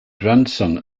grandson